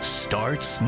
starts